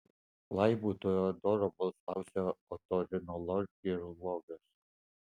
laibu toreadoro balsu klausia otorinolaringologas